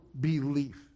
belief